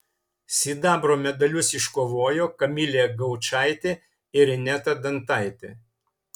sidabro medalius iškovojo kamilė gaučaitė ir ineta dantaitė